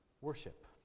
worship